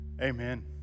Amen